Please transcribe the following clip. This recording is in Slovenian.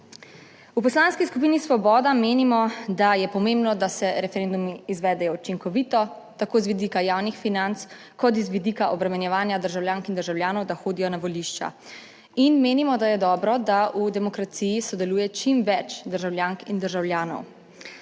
V Poslanski skupini Svoboda menimo, da je pomembno, da se referendumi izvedejo učinkovito, tako z vidika javnih financ kot z vidika obremenjevanja državljank in državljanov, da hodijo na volišča in menimo, da je dobro, da v demokraciji sodeluje čim več državljank in državljanov.